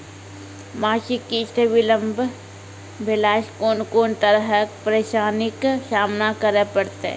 मासिक किस्त बिलम्ब भेलासॅ कून कून तरहक परेशानीक सामना करे परतै?